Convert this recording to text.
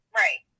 right